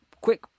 quick